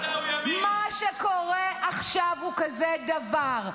מה שקורה עכשיו זה כזה דבר: